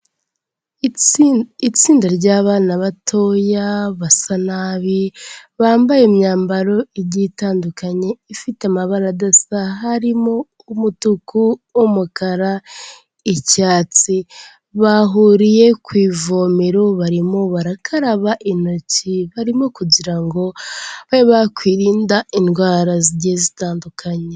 Itsinda ry'abana batoya basa nabi, bambaye imyambaro igiye itandukanye ifite amabara adasa, harimo umutuku, umukara, icyatsi, bahuriye ku ivomero barimo barakaraba intoki barimo kugira ngo babe bakwirinda indwara zigiye zitandukanye.